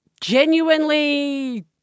genuinely